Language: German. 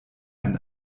ein